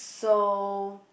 so